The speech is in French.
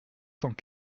cent